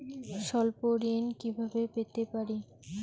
স্বল্প ঋণ কিভাবে পেতে পারি?